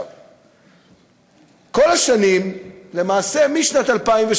כל השנים, למעשה משנת 2008,